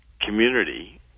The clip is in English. community